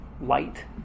light